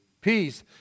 peace